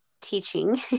teaching